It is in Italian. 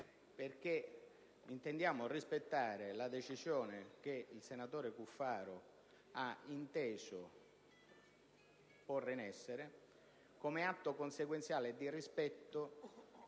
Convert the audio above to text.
è che intendiamo rispettare la decisione che il senatore Cuffaro ha inteso porre in essere, come atto consequenziale di rispetto